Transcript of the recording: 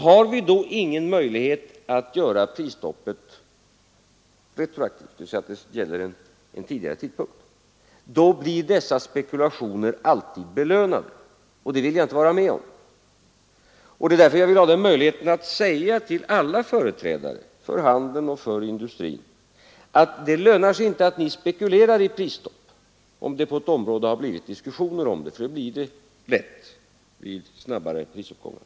Har vi då ingen möjlighet att göra prisstoppet retroaktivt — dvs. att det gäller från en tidigare tidpunkt — blir dessa spekulationer alltid belönade, och det vill jag inte vara med om. Det är därför jag vill ha möjligheten att säga till alla företrädare för handeln och för industrin, att det lönar sig inte att ni spekulerar i prisstopp, om det på ett område har blivit diskussioner om detta, för det blir det lätt vid snabbare prisuppgångar.